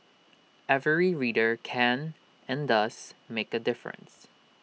every reader can and does make A difference